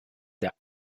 der